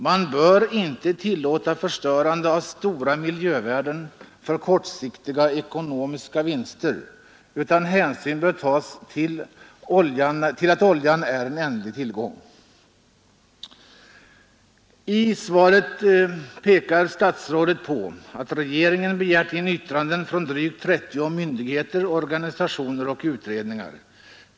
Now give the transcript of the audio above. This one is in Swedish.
Man bör inte tillåta förstörande av stora miljövärden för kortsiktiga ekonomiska vinster. Hänsyn bör tas till att oljan är en ändlig tillgång. I svaret framhåller statsrådet att regeringen begärt in yttranden från drygt 30 myndigheter, organisationer och utredningar.